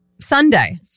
Sunday